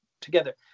together